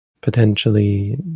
potentially